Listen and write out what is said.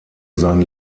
sein